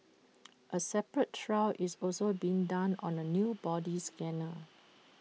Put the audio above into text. A separate trial is also being done on A new body scanner